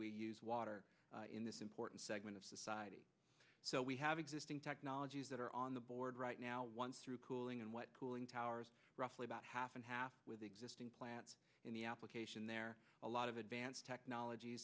we use water in this important segment of society so we have existing technologies that are on the board right now once through cooling and what cooling towers roughly about half and half with existing plants in the application there are a lot of advanced technolog